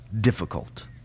difficult